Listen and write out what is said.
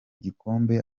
gikombe